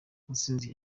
mutsinzi